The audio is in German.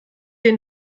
den